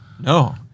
No